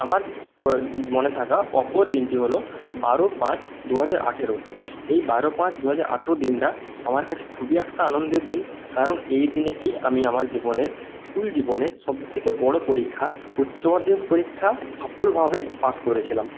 আমার প্রয় মনে থাকা অপর দিনটি হলো বারো পাঁচ দু হাজার আঠেরো এই বারো পাঁচ দু হাজার আঠেরো দিনটা আমার কাছে খুবই একটা আনন্দের দিন কারণ এই দিনেতেই আমি আমার জীবনের স্কুল জীবনের সব থেকে বড়ো পরীক্ষা উচ্চ মাধ্যমিক পরীক্ষা সফলভাবে পাস করেছিলাম